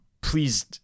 please